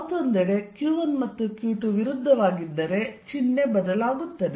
ಮತ್ತೊಂದೆಡೆ q1 ಮತ್ತು q2 ವಿರುದ್ಧವಾಗಿದ್ದರೆ ಚಿಹ್ನೆ ಬದಲಾಗುತ್ತದೆ